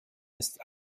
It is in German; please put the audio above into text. ist